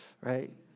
Right